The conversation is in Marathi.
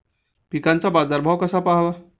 पिकांचा बाजार भाव कसा पहावा?